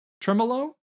Tremolo